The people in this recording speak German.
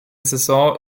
saison